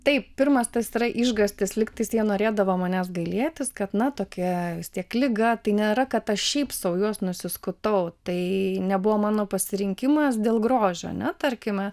taip pirmas tas yra išgąstis lyg tai jie norėdavo manęs gailėtis kad na tokia vis tiek liga tai nėra kad aš šiaip sau juos nusiskutau tai nebuvo mano pasirinkimas dėl grožio ne tarkime